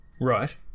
Right